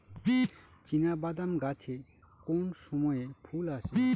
চিনাবাদাম গাছে কোন সময়ে ফুল আসে?